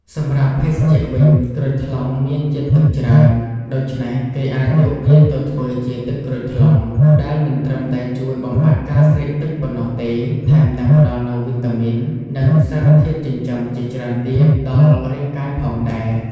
សម្រាប់ភេសជ្ជៈវិញ ក្រូចថ្លុងមានជាតិទឹកច្រើន ដូច្នេះគេអាចយកវាទៅធ្វើជា ទឹកក្រូចថ្លុង ដែលមិនត្រឹមតែជួយបំបាត់ការស្រេកទឹកប៉ុណ្ណោះទេ ថែមទាំងផ្តល់នូវវីតាមីន និងសារធាតុចិញ្ចឹមជាច្រើនទៀតដល់រាងកាយផងដែរ។